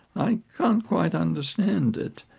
i can't quite understand it.